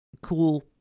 cool